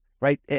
right